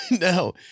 no